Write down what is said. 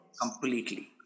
Completely